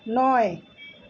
নয়